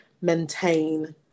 maintain